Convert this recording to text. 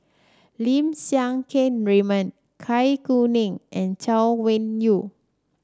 Lim Siang Keat Raymond Cai Kuning and Chay Weng Yew